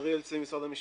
אריאל צבי, משרד המשפטים.